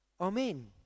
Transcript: Amen